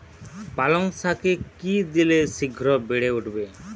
পালং শাকে কি দিলে শিঘ্র বেড়ে উঠবে?